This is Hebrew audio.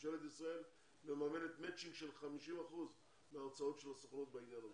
ממשלת ישראל מממנת מצ'ינג של 50% מההוצאות של הסוכנות בעניין הזה.